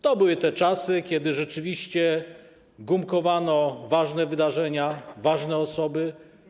To były te czasy, kiedy rzeczywiście gumkowano ważne wydarzenia, osoby.